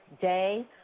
day